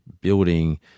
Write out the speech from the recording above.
building